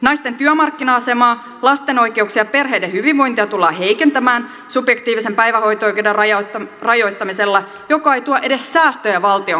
naisten työmarkkina asemaa lasten oikeuksia ja perheiden hyvinvointia tullaan heikentämään subjektiivisen päivähoito oikeuden rajoittamisella joka ei tuo edes säästöjä valtion kassaan